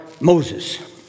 Moses